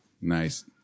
Nice